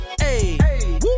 Hey